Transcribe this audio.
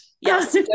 Yes